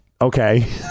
okay